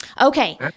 Okay